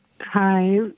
Hi